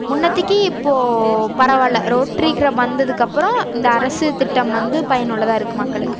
முன்னதிக்கு இப்போ பரவாயில்ல ரோட்ரிக்கிரப் வந்ததுக்கு அப்புறோம் இந்த அரசு திட்டம் வந்து பயனுள்ளதாகருக்கு மக்களுக்கு